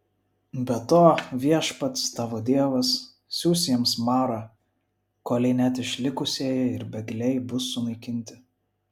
be to viešpats tavo dievas siųs jiems marą kolei net išlikusieji ir bėgliai bus sunaikinti